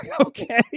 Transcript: Okay